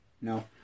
No